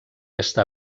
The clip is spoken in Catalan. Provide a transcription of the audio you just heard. està